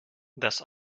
das